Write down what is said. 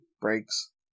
breaks